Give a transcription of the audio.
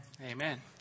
Amen